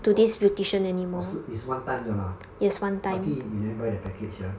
orh 是 is one time lah lucky you never buy the package sia